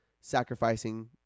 sacrificing